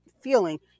feeling